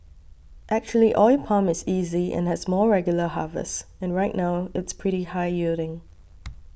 actually oil palm is easy and has more regular harvests and right now it's pretty high yielding